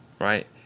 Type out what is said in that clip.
Right